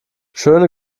schöne